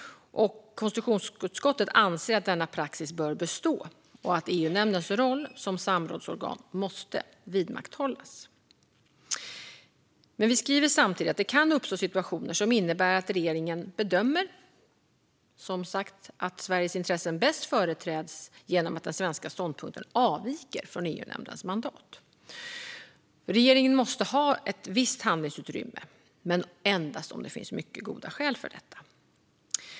Konstitutionsutskottet anser att denna praxis bör bestå och att EU-nämndens roll som samrådsorgan måste vidmakthållas. Samtidigt skriver vi att det kan uppstå situationer som innebär att regeringen bedömer att Sveriges intressen bäst företräds genom att den svenska ståndpunkten avviker från EU-nämndens mandat. Regeringen måste ha ett visst handlingsutrymme att göra detta, men endast om det finns mycket goda skäl.